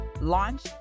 launch